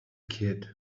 kid